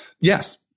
Yes